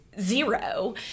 zero